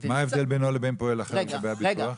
מה ההבדל בינו לבין פועל אחר לגבי הביטוח?